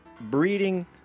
breeding